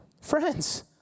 friends